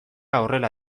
horrela